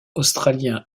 australien